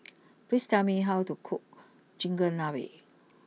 please tell me how to cook Chigenabe